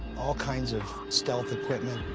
all kinds of stealth equipment.